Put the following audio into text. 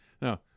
No